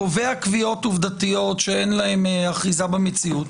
קובע קביעות עובדתיות שאין להן אחיזה במציאות,